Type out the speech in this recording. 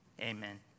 Amen